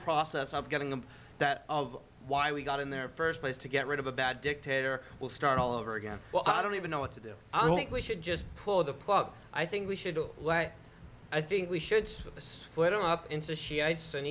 process of getting them that of why we got in there first place to get rid of a bad dictator will start all over again well i don't even know what to do i think we should just pull the plug i think we should do i think we should split up into shiites and